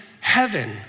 heaven